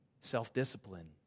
self-discipline